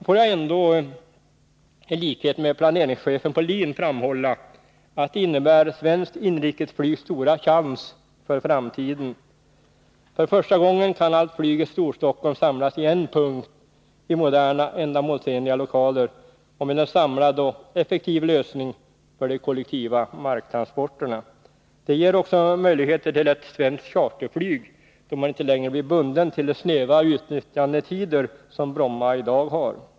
Får jag ändå i likhet med planeringschefen på LIN framhålla att den innebär svenskt inrikesflygs stora chans för framtiden. För första gången kan allt flyg i Storstockholm samlas kring en punkt, i moderna ändamålsenliga lokaler samt med en samlad och effektiv lösning för de kollektiva marktransporterna. Det ger också möjligheter till ett svenskt charterflyg, då man inte längre blir bunden till de snäva utnyttjandetider som Bromma i dag har.